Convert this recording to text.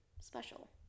special